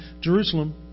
Jerusalem